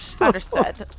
Understood